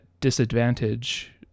disadvantage